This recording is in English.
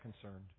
concerned